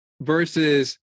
versus